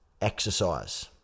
Exercise